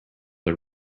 are